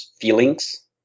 feelings